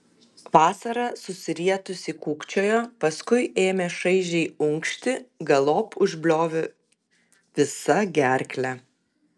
vasara susirietusi kūkčiojo paskui ėmė šaižiai unkšti galop užbliovė visa gerkle